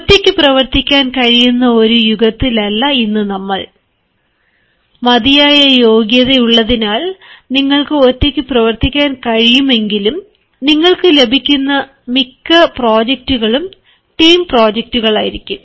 ഒറ്റയ്ക്ക് പ്രവർത്തിക്കാൻ കഴിയാവുന്ന ഒരു യുഗത്തിലല്ല ഇന്ന് നമ്മൾ മതിയായ യോഗ്യതയുള്ളതിനാൽ നിങ്ങൾക്ക് ഒറ്റയ്ക്ക് പ്രവർത്തിക്കാൻ കഴിയുമെങ്കിലും നിങ്ങൾക്ക് ലഭിക്കുന്ന മിക്ക പ്രോജക്റ്റുകളും ടീം പ്രോജക്റ്റകളായിരിക്കും